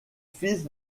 fils